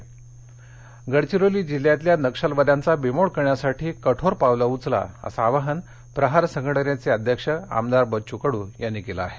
कडू गडचिरोली जिल्ह्यातल्या नक्षलवाद्यांचा बिमोड करण्यासाठी कठोर पावलं उचला असं आवाहन प्रहार संघटनेचे अध्यक्ष आमदार बच्चू कडू यांनी केलं आहे